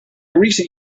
recent